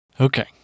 Okay